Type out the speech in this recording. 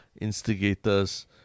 instigators